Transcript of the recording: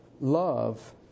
love